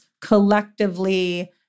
collectively